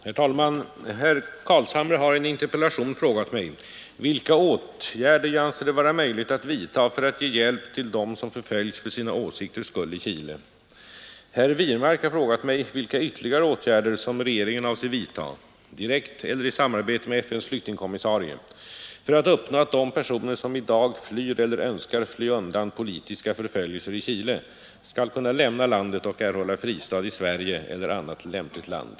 Herr talman! Herr Carlshamre har i en interpellation frågat mig, vilka åtgärder jag anser det vara möjligt att vidta för att ge hjälp till dem som förföljs för sina åsikters skull i Chile. Herr Wirmark har frågat mig, vilka ytterligare åtgärder som regeringen avser vidta — direkt eller i samarbete med FN:s flyktingkommissarie — för att uppnå att de personer som i dag flyr eller önskar fly undan politiska förföljelser i Chile skall kunna lämna landet och erhålla fristad i Sverige eller annat lämpligt land.